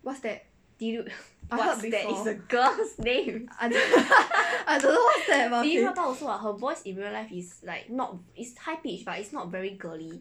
what's that it's a girl's name T_V 热巴 also what her voice in real life is like is not is high pitch but it's not very girly